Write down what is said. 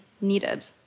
needed